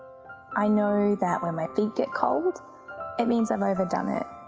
i know that when my feet get cold it means i've overdone it.